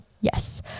yes